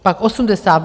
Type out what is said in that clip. Pak 80.